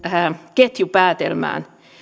ketjupäätelmään